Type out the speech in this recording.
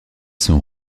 sont